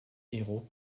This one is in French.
héros